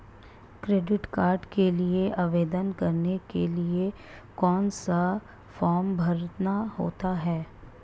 Credit card के लिए आवेदन करने के लिए कौन सा फॉर्म भरना होता है?